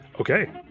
Okay